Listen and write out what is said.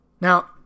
Now